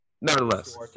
Nevertheless